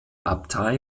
abtei